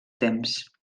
temps